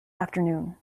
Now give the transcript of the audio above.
afternoon